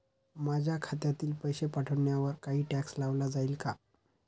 माझ्या खात्यातील पैसे पाठवण्यावर काही टॅक्स लावला जाईल का?